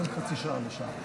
בין חצי שעה לשעה.